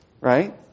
right